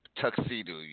tuxedo